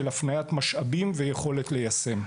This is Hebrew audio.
עם הפנייה של משאבים ויכולת ליישם.